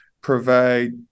provide